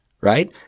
Right